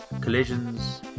collisions